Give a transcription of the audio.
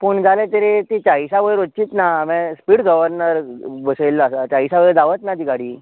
पूण जाले तरी ती चळिसा वयर वच्चीच ना हांवें स्पीड गवर्नर बसयिल्लो आसा चाळिसा वयर धांवत ना ती गाडी